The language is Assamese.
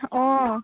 অঁ